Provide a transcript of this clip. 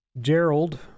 Gerald